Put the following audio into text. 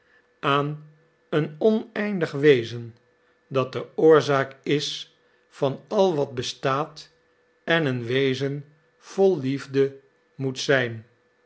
aan een oneindig wezen dat de oorzaak is van al wat bestaat en een wezen vol liefde moet zijn